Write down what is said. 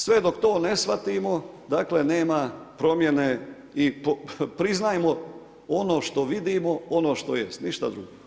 Sve dok to ne shvatimo nema promjene i priznajmo ono što vidimo, ono što jest, ništa drugo.